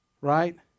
right